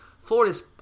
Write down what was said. Florida's